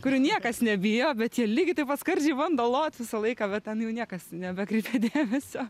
kurių niekas nebijo bet jie lygiai taip pat skardžiai bando lot visą laiką bet ten jau niekas nebekreipia dėmesio